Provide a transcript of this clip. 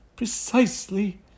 Precisely